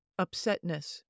upsetness